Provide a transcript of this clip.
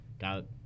got